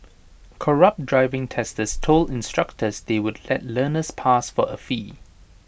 corrupt driving testers told instructors they would let learners pass for A fee